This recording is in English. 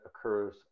occurs